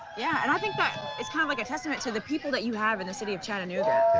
yeah. and i think that it's kind of like a testament to the people that you have in the city of chattanooga.